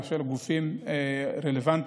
ושל גופים רלוונטיים